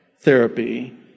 therapy